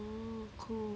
mm cool